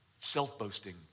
self-boasting